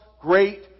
great